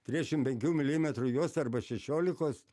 triešim penkių milimetrų juosta arba šešiolikos